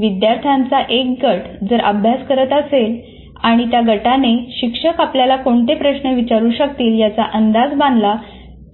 विद्यार्थ्यांचा एक गट जर अभ्यास करत असेल आणि त्या गटाने शिक्षक आपल्याला कोणते प्रश्न विचारू शकतील याचा अंदाज बांधला